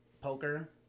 poker